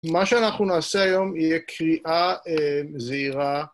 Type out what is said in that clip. מה שאנחנו נעשה היום יהיה קריאה זהירה